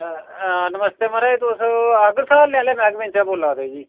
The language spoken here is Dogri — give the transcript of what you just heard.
नमस्ते म्हाराज तुस एग्रीकल्चर आह्ले मैह्कमें चा बोल्ला दे जी